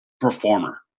performer